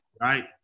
right